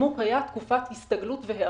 הנימוק היה תקופת הסתגלות והיערכות.